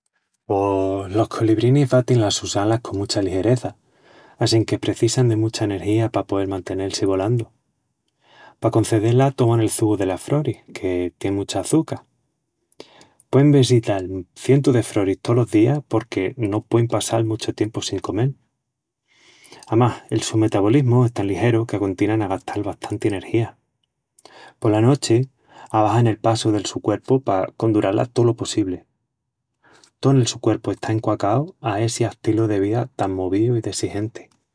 Pos... los colibrinis batin las sus alas con mucha ligereza, assinque precisan de mucha energía pa poel mantenel-si volandu. Pa concedé-la toman el çugu delas froris, que tien mucha açuca. Puein vesital cientus de froris tolos días, porque no puein passal muchu tiempu sin comel. Amás, el su metabolismu es tan ligeru qu'acontinan a gastal bastanti energía. Pola nochi, abaxan el passu del su cuerpu pa condurá-la tolo possibli. Tó nel su cuerpu está enquacau a essi astilu de vida tan movíu i dessigenti.